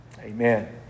Amen